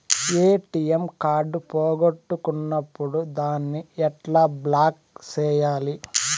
ATM card పోగొట్టుకున్నప్పుడు దాన్ని ఎట్లా బ్లాక్ సేయాలి